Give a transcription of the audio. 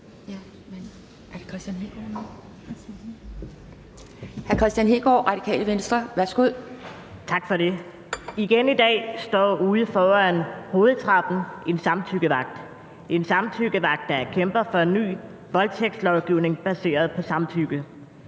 Venstre. Værsgo. Kl. 10:29 Kristian Hegaard (RV): Tak for det. Igen i dag står der ude foran hovedtrappen en samtykkevagt – en samtykkevagt, der kæmper for en ny voldtægtslovgivning baseret på samtykke.